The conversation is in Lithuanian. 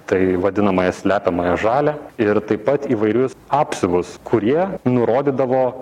tai vadinamąją slepiamąją žalią ir taip pat įvairius apsiuvus kurie nurodydavo